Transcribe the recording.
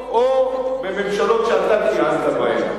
או בממשלות שאתה כיהנת בהן.